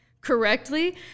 correctly